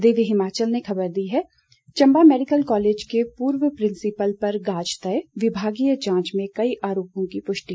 दिव्य हिमाचल ने खबर दी है चंबा मेडिकल कॉलेज के पूर्व प्रिंसीपल पर गाज तय विभागीय जांच में कई आरोपों की पुष्टि